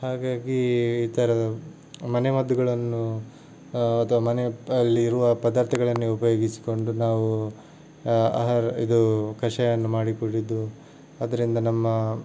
ಹಾಗಾಗಿ ಈ ಥರದ ಮನೆ ಮದ್ದುಗಳನ್ನು ಅಥವಾ ಮನೆಯಲ್ಲಿರುವ ಪದಾರ್ಥಗಳನ್ನೇ ಉಪಯೋಗಿಸಿಕೊಂಡು ನಾವು ಆಹಾರ ಇದು ಕಷಾಯವನ್ನು ಮಾಡಿ ಕುಡಿದು ಅದರಿಂದ ನಮ್ಮ